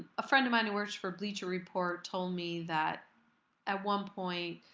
a friend of mine who works for bleacher report told me that at one point,